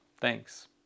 thanks